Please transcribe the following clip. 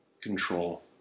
control